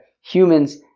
humans